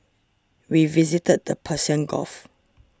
we visited the Persian Gulf